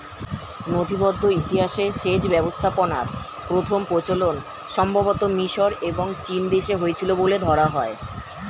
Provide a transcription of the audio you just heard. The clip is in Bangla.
নথিবদ্ধ ইতিহাসে সেচ ব্যবস্থাপনার প্রথম প্রচলন সম্ভবতঃ মিশর এবং চীনদেশে হয়েছিল বলে ধরা হয়